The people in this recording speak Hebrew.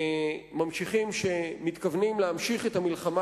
ממשיכים שמתכוונים להמשיך את המלחמה